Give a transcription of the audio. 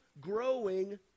growing